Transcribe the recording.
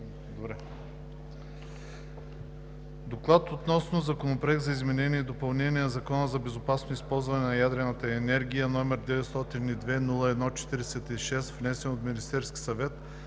колеги! „Доклад относно Законопроект за изменение и допълнение на Закона за безопасно използване на ядрената енергия, № 902-01-46, внесен от Министерския съвет